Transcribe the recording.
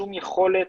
שום יכולת,